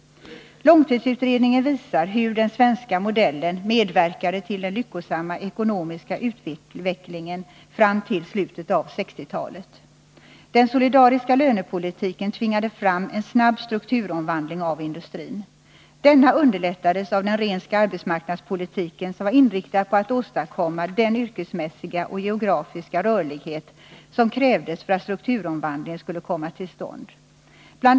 Långtidsutredningen visar hur ”den svenska modellen” medverkade till den lyckosamma ekonomiska utvecklingen fram till slutet av 1960-talet. Den solidariska lönepolitiken tvingade fram en snabb strukturomvandling av industrin. Denna underlättades av den Rehnska arbetsmarknadspolitiken, som var inriktad på att åstadkomma den yrkesmässiga och geografiska rörlighet som krävdes för att strukturomvandlingen skulle komma till stånd. Bl.